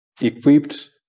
equipped